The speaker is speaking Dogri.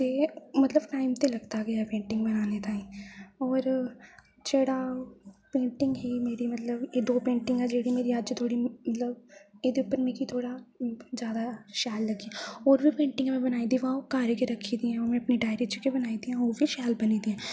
ते मतलब टाइम ते लगदा गै पेंटिंग बनाने ताहीं होर जेह्ड़ा पेंटिंग ही मेरी मतलब दो पेंटिंग जेह्ड़ी मेरी अज्ज धोड़ी मतलब एह्दे उप्पर मिगी थोह्ड़ा जादा शैल लग्गी होर बी पेंटिंग बनाई दी आं पर ओह् घर गै रखी दियां न ओह् में अपनी डायरी च गै बनाई दियां न ओह् बी शैल बनी दियां